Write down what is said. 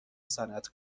صنعت